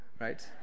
right